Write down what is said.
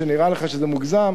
שנראה לך שזה מוגזם,